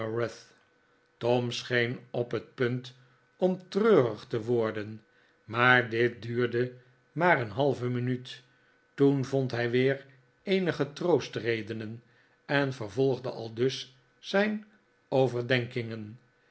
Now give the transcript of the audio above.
tom scheen op het punt om treurig te worden maar dit duurde maar een halve minuut toen vond hij weer eenige troostredenen en vervolgde aldus zijn overdenkingen